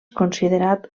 considerat